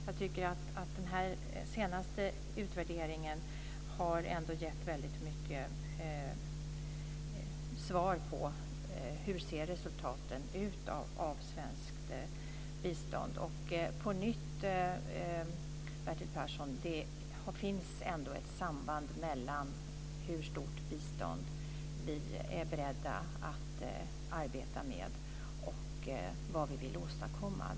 Jag tycker att den här senaste utvärderingen ändå har gett väldigt mycket svar på hur resultaten av svenskt bistånd ser ut. Och återigen, Bertil Persson: Det finns ändå ett samband mellan hur stort bistånd vi är beredda att arbeta med och vad vi vill åstadkomma.